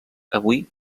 avui